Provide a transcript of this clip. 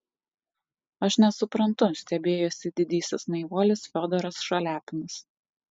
aš nesuprantu stebėjosi didysis naivuolis fiodoras šaliapinas